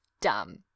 dumb